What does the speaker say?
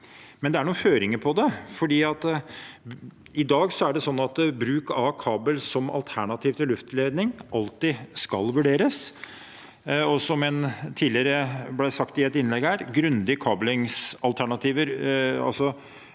men det er noen føringer for det. I dag er det sånn at bruk av kabel som alternativ til luftledning alltid skal vurderes, og som det ble sagt i et innlegg tidligere, må hvor grundig kablingsalternativene